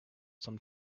some